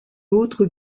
autres